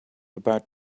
about